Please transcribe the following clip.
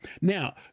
Now